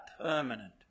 permanent